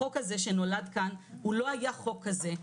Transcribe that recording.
החוק הזה שנולד כאן הוא לא היה חוק כזה.